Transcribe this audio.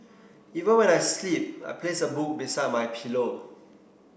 even when I sleep I place a book beside my pillow